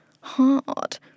hard